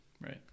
Right